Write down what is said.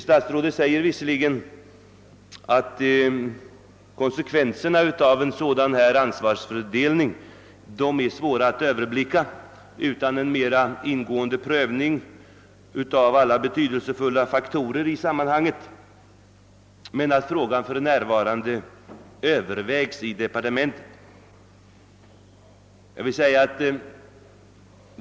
Statsrådet säger visserligen att konsekvenserna av en ändrad ansvarsfördelning är svåra att överblicka utan en mera ingående prövning av alla betydelsefulla faktorer i sammanhanget men att frågan för närvarande övervägs i departementet.